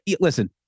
listen